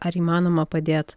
ar įmanoma padėt